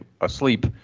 asleep